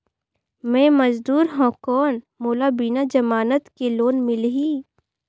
मे मजदूर हवं कौन मोला बिना जमानत के लोन मिलही?